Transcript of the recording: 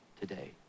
today